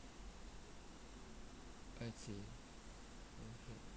I see